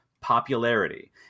popularity